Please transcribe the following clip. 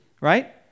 Right